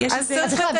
צריך על